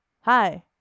Hi